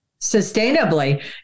sustainably